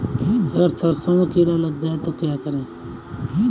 अगर सरसों में कीड़ा लग जाए तो क्या करें?